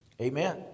amen